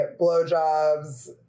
blowjobs